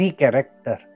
character